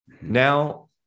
now